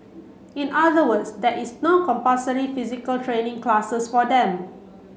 in other words there is no compulsory physical training classes for them